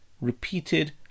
repeated